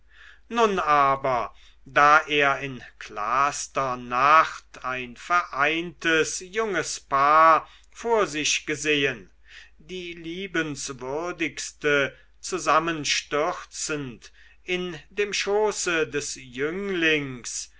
nun aber da er in klarster nacht ein vereintes junges paar vor sich gesehen die liebenswürdigste zusammenstürzend in dem schoße des jünglings